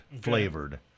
flavored